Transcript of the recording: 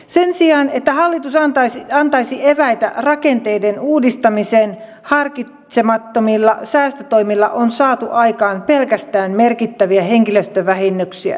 sen sijaan että hallitus antaisi eväitä rakenteiden uudistamiseen harkitsemattomilla säästötoimilla on saatu aikaan pelkästään merkittäviä henkilöstövähennyksiä